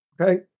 Okay